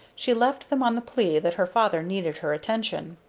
she left them on the plea that her father needed her attention.